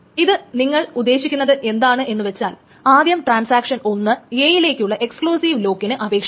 ഇത് ഉദേശിക്കുന്നത് എന്താണെന്നു വച്ചാൽ ആദ്യം ട്രാൻസാക്ഷൻ 1 a യിലേക്ക് ഉള്ള എക്സ്ക്ലൂസീവ് ലോക്കിന് അപേക്ഷിക്കുന്നു